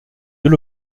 deux